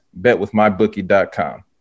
BetwithMyBookie.com